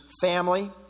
family